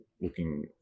looking